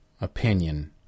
opinion